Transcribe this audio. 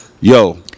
yo